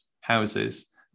houses